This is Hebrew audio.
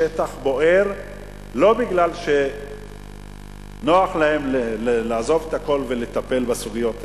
השטח בוער לא בגלל שנוח להם לעזוב את הכול ולטפל בסוגיות האלה,